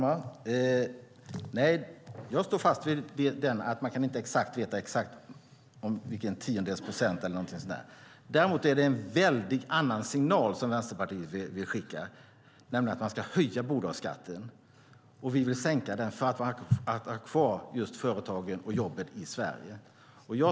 Herr talman! Jag står fast vid att man inte kan veta exakt vilken tiondels procent som ska gälla. Däremot är det en väldigt annorlunda signal som Vänsterpartiet vill skicka, nämligen att man ska höja bolagsskatten. Vi vill sänka den just för att kunna ha kvar företagen och jobben i Sverige.